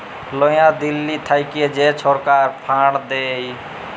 লয়া দিল্লী থ্যাইকে যে ছরকার ফাল্ড দেয়